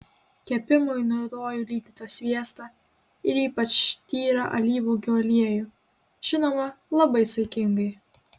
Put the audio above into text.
kepimui naudoju lydytą sviestą ir ypač tyrą alyvuogių aliejų žinoma labai saikingai